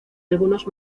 algunos